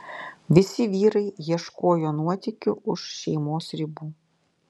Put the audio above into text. visi vyrai ieškojo nuotykių už šeimos ribų